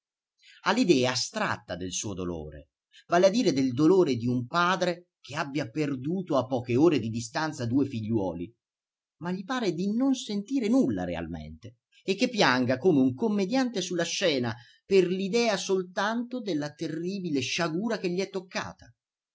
l'idea astratta del suo dolore vale a dire del dolore di un padre che abbia perduto a poche ore di distanza due figliuoli ma gli pare di non sentire nulla realmente e che pianga come un commediante sulla scena per l'idea soltanto della terribile sciagura che gli è toccata